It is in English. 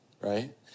right